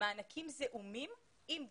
מענקים זעומים, אם בכלל,